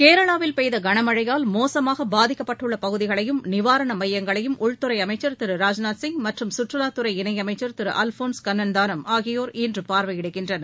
கேரளாவில் பெய்த கனமழையால் மோசமாக பாதிக்கப்பட்டுள்ள பகுதிகளையும் நிவாரண மையங்களையும் உள்துறை அமைச்சர் திரு ராஜ்நாத் சிங் மற்றும் சுற்றுவாத்துறை இணயைமைச்சர் திரு அல்போன்ஸ் கண்ணன்தானம் ஆகியோர் இன்று பார்வையிடுகின்றனர்